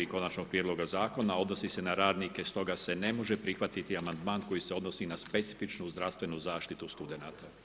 Konačnog prijedloga Zakona odnosi se na radnike stoga se ne može prihvatiti amandman koji se odnosi na specifičnu zdravstvenu zaštitu studenata.